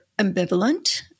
ambivalent